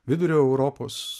vidurio europos